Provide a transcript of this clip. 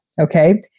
Okay